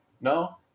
No